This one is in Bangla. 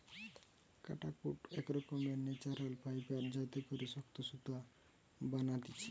কাটাকুট এক রকমের ন্যাচারাল ফাইবার যাতে করে শক্ত সুতা বানাতিছে